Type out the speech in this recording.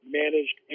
managed